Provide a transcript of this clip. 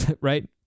right